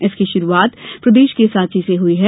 इसकी शुरुआत प्रदेश के सांची से हई है